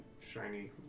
shiny